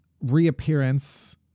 reappearance